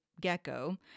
Gecko